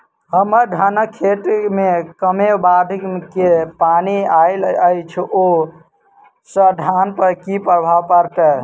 हम्मर धानक खेत मे कमे बाढ़ केँ पानि आइल अछि, ओय सँ धान पर की प्रभाव पड़तै?